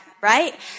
Right